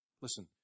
Listen